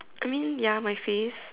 I mean ya my face